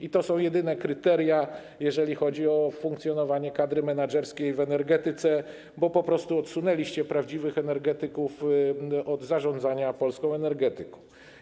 I to są jedyne kryteria, jeżeli chodzi o funkcjonowanie kadry menadżerskiej w energetyce, bo po prostu odsunęliście prawdziwych energetyków od zarządzania polską energetyką.